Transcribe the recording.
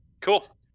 cool